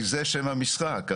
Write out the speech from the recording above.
כי זה שם המשחק.